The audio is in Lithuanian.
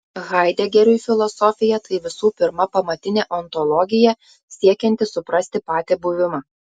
haidegeriui filosofija tai visų pirma pamatinė ontologija siekianti suprasti patį buvimą